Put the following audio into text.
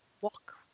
walk